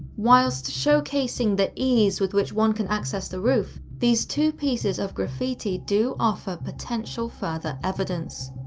whilst showcasing the ease with which one can access the roof, these two pieces of graffiti do offer potential further evidence.